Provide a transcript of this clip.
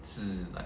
是吗